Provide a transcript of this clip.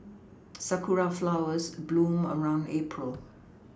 sakura flowers bloom around April